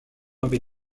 avait